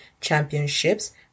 championships